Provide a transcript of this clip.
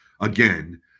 Again